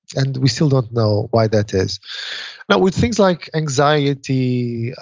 and we still don't know why that is now with things like anxiety,